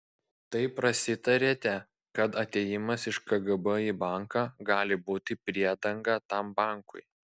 tai prasitarėte kad atėjimas iš kgb į banką gali būti priedanga tam bankui